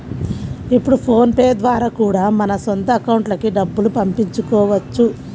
ఇప్పుడు PhonePe ద్వారా కూడా మన సొంత అకౌంట్లకి డబ్బుల్ని పంపించుకోవచ్చు